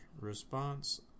response